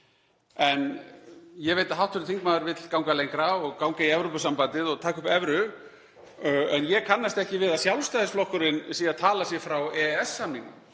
En ég veit að hv. þingmaður vill ganga lengra og ganga í Evrópusambandið og taka upp evru. En ég kannast ekki við að Sjálfstæðisflokkurinn sé að tala sig frá EES-samningnum.